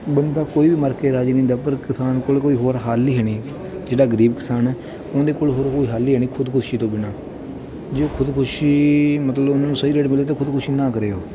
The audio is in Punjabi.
ਬੰਦਾ ਕੋਈ ਵੀ ਮਰ ਕੇ ਰਾਜੀ ਨਹੀਂ ਹੁੰਦਾ ਪਰ ਕਿਸਾਨ ਕੋਲ ਕੋਈ ਹੋਰ ਹੱਲ ਹੀ ਹੈ ਨਹੀਂ ਜਿਹੜਾ ਗਰੀਬ ਕਿਸਾਨ ਹੈ ਉਹਨਾਂ ਦੇ ਕੋਲ ਹੋਰ ਕੋਈ ਹੱਲ ਹੀ ਹੈ ਨਹੀਂ ਖੁਦਕੁਸ਼ੀ ਤੋਂ ਬਿਨਾਂ ਜੇ ਉਹ ਖੁਦਕੁਸ਼ੀ ਮਤਲਬ ਉਹਨਾਂ ਨੂੰ ਸਹੀ ਰੇਟ ਮਿਲੇ ਤਾਂ ਖੁਦਕੁਸ਼ੀ ਨਾ ਕਰੇ ਉਹ